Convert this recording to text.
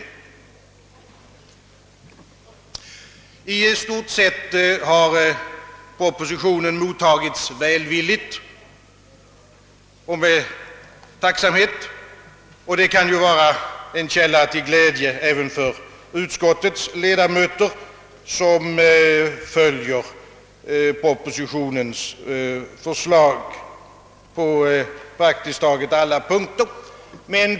Detta är en organisationsfråga. I stort sett har propositionen mottagits välvilligt och med tacksamhet, vilket kan vara en källa till glädje även för de ledamöter i utskottet, som följer propositionens förslag på praktiskt taget alla punkter.